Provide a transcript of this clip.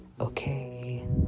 Okay